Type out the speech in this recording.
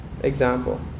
example